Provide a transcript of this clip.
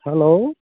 hello